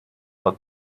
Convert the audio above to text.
but